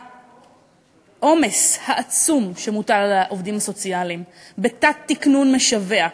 העומס העצום המוטל על העובדים הסוציאליים בתת-תקנון משווע,